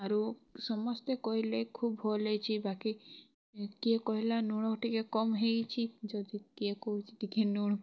ଆରୁ ସମସ୍ତେ କହିଲେ ଖୁବ୍ ଭଲ୍ ହେଇଚି ବାକି କିଏ କହିଲା ନୁଣ ଟିକିଏ କମ ହେଇଛି ଯଦି କିଏ କହୁଚି ଟିକିଏ ନୁଣ